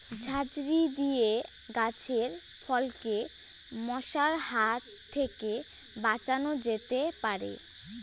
ঝাঁঝরি দিয়ে গাছের ফলকে মশার হাত থেকে বাঁচানো যেতে পারে?